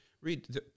read